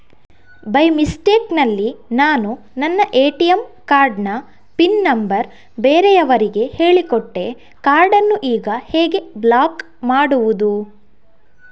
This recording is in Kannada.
ಬೈ ಮಿಸ್ಟೇಕ್ ನಲ್ಲಿ ನಾನು ನನ್ನ ಎ.ಟಿ.ಎಂ ಕಾರ್ಡ್ ನ ಪಿನ್ ನಂಬರ್ ಬೇರೆಯವರಿಗೆ ಹೇಳಿಕೊಟ್ಟೆ ಕಾರ್ಡನ್ನು ಈಗ ಹೇಗೆ ಬ್ಲಾಕ್ ಮಾಡುವುದು?